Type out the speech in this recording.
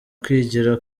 kwigira